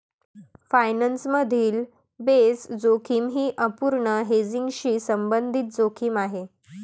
finance मधील base जोखीम ही अपूर्ण हेजिंगशी संबंधित जोखीम आहे